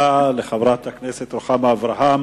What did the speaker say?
תודה לחברת הכנסת רוחמה אברהם.